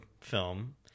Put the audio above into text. film